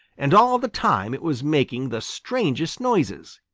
and all the time it was making the strangest noises.